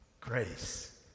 Grace